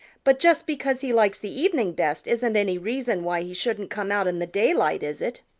but just because he likes the evening best isn't any reason why he shouldn't come out in the daylight, is it?